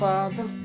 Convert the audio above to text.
Father